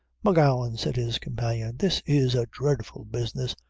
m'gowan, said his companion, this is a dreadful business.